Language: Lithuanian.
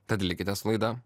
tad likite su laida